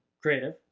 creative